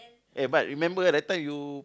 eh but remember ah that time you